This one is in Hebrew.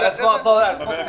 לסדר.